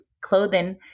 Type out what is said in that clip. clothing